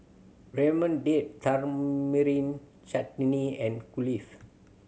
Ramyeon Date Tamarind Chutney and Kulfi